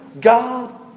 God